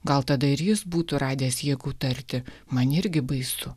gal tada ir jis būtų radęs jėgų tarti man irgi baisu